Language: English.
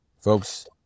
Folks